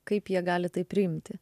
kaip jie gali tai priimti